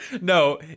No